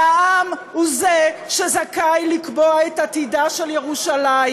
והעם הוא זה שזכאי לקבוע את עתידה של ירושלים,